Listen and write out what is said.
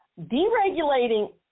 deregulating